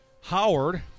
Howard